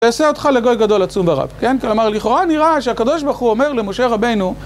זה עושה אותך לגוי גדול עצום ורב, כן? כלומר, לכאורה נראה שהקב' הוא אומר למושה רבינו